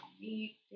meet